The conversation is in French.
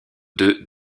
deux